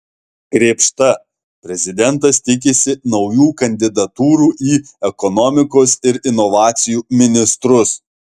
krėpšta prezidentas tikisi naujų kandidatūrų į ekonomikos ir inovacijų ministrus